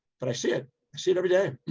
but i see it. i see it every day.